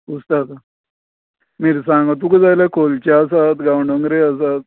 कुसता मिरसांगो तुका जाय जाल्यार खोलच्यो आसात गांवडोंगरी आसात